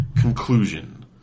conclusion